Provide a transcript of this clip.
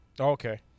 okay